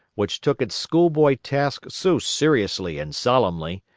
which took its schoolboy task so seriously and solemnly,